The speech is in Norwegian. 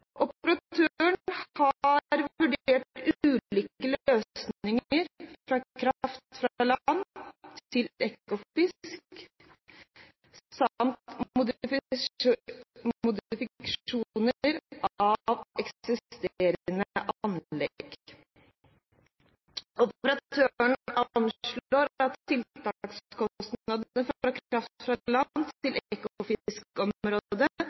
har vurdert ulike løsninger for kraft fra land til Ekofisk, samt modifikasjon av eksisterende anlegg. Operatøren anslår tiltakskostnadene for kraft fra